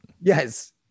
Yes